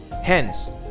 Hence